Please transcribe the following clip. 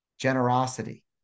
generosity